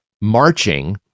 marching